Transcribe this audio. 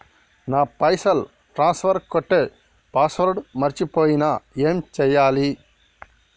నా పైసల్ ట్రాన్స్ఫర్ కొట్టే పాస్వర్డ్ మర్చిపోయిన ఏం చేయాలి?